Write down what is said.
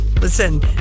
Listen